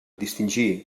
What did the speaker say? distingir